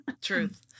Truth